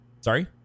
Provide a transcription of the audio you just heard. sorry